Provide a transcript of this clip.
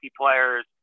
players